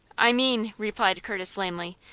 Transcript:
i mean, replied curtis, lamely,